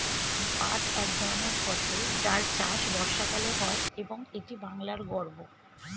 পাট এক ধরনের ফসল যার চাষ বর্ষাকালে হয় এবং এটি বাংলার গর্ব